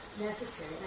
necessary